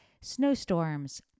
snowstorms